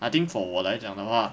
I think for 我来讲的话